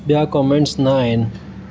ॿिया कॉमेंट्स न आहिनि